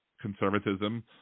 conservatism